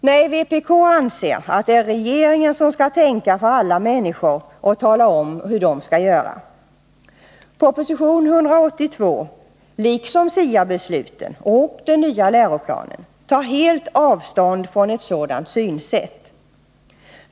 Nej, vpk anser att det är regeringen som skall tänka för alla människor och tala om hur de skall göra. Proposition 182 — liksom SIA-besluten och den nya läroplanen — tar helt avstånd från ett sådant synsätt.